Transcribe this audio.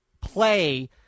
Play